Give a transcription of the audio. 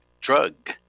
drug